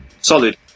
solid